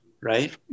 right